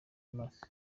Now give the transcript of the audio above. mercy